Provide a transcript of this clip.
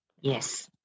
yes